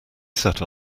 set